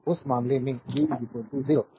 और उस मामले में v 0